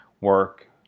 work